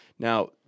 Now